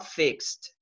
fixed